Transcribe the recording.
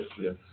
yes